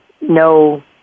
no